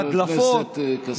חבר הכנסת כסיף,